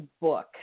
book